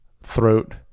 throat